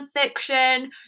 fiction